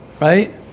right